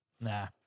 Nah